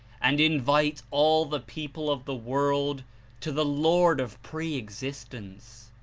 and invite all the people of the world to the lord of pre-existence.